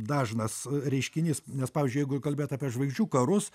dažnas reiškinys nes pavyzdžiui jeigu kalbėt apie žvaigždžių karus